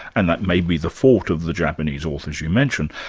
and that may be the fault of the japanese authors you mentioned.